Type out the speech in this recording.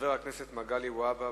חבר הכנסת מגלי והבה,